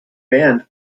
band